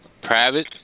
private